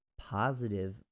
positive